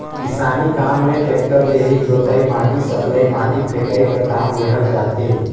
किसानी काम मे टेक्टर ले ही जोतई, माटी सकलई, माटी फेकई कर काम लेहल जाथे